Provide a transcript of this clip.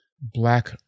Black